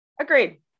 Agreed